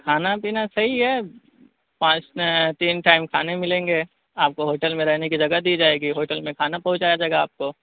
کھانا پینا صحیح ہے پانچ میں تین ٹائم کھانے ملیں گے آپ کو ہوٹل میں رہنے کی جگہ دی جائے گی ہوٹل میں کھانا پہنچایا جائے گا آپ کو